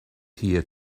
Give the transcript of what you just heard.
here